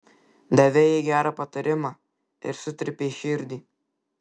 davei jai gerą patarimą ir sutrypei širdį